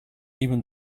even